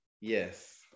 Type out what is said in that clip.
yes